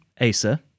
Asa